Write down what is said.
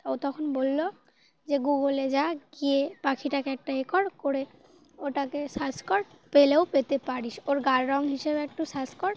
ও তখন বললো যে গুগলে যা গিয়ে পাখিটাকে একটা এ কর করে ওটাকে সার্চ কর পেলেও পেতে পারিস ওর গায়ের রঙ হিসেবে একটু সার্চ কর